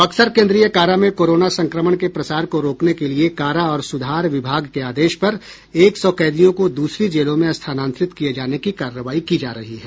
बक्सर केन्द्रीय कारा में कोरोना संक्रमण के प्रसार को रोकने के लिये कारा और सुधार विभाग के आदेश पर एक सौ कैदियों को दूसरी जेलों में स्थानांतरित किये जाने की कार्रवाई की जा रही है